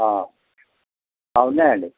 ఉన్నాయండి